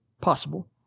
possible